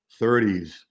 30s